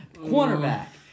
Quarterback